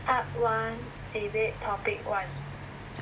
part one debate topic one